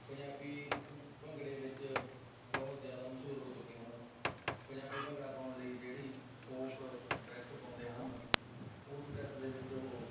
ਪੰਜਾਬੀ ਭੰਗੜੇ ਵਿੱਚ ਬਹੁਤ ਜ਼ਿਆਦਾ ਮਸ਼ਹੂਰ ਹੋ ਚੁੱਕੇ ਹਨ ਪੰਜਾਬੀ ਭੰਗੜਾ ਪਾਉਣ ਲਈ ਜਿਹੜੀ ਫੋਕ ਡਰੈਸ ਪਾਉਂਦੇ ਹਨ ਉਸ ਡਰੈਸ ਦੇ ਵਿੱਚ ਉਹ